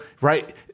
Right